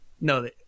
no